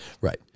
Right